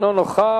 אינו נוכח.